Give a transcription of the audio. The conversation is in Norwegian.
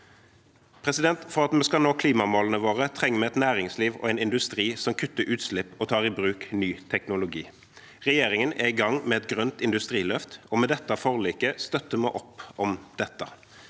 styrket. For at vi skal nå klimamålene våre, trenger vi et næringsliv og en industri som kutter utslipp og tar i bruk ny teknologi. Regjeringen er i gang med et grønt industriløft, og med dette forliket støtter vi opp om dette.